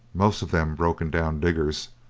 most of them broken down diggers,